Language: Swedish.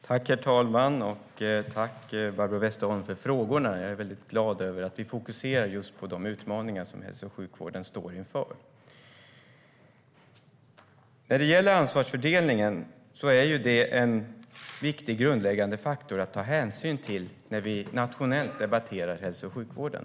Herr talman! Jag tackar Barbro Westerholm för frågorna. Jag är mycket glad över att vi fokuserar just på de utmaningar som hälso och sjukvården står inför. Ansvarsfördelningen är en viktig grundläggande faktor att ta hänsyn till när vi nationellt debatterar hälso och sjukvården.